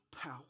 power